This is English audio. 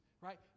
right